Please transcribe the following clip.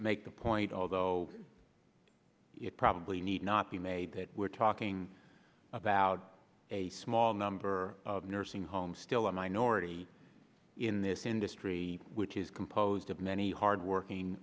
make the point although it probably need not be made that we're talking about a small number of nursing homes still a minority in this industry which is composed of many hard working